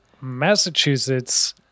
Massachusetts